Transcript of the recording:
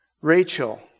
Rachel